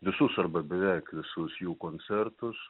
visus arba beveik visus jų koncertus